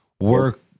work